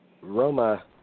Roma